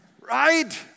Right